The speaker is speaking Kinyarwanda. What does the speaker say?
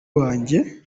wanjye